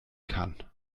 kann